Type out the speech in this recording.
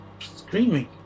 Screaming